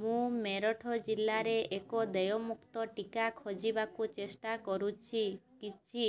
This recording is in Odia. ମୁଁ ମେରଠ ଜିଲ୍ଲାରେ ଏକ ଦେୟଯୁକ୍ତ ଟିକା ଖୋଜିବାକୁ ଚେଷ୍ଟା କରୁଛି କିଛି